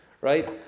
right